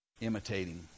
imitating